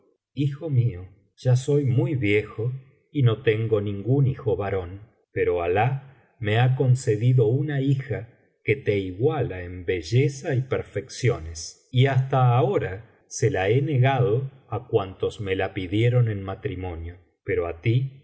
hijo mío ya soy muy viejo y no tengo ningún hijo varón pero alah me ha concedido una hija que te iguala en belleza y perfecciones y hasta ahora se la he negado á cuantos me la pidieron en matrimonio pero á ti